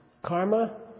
Karma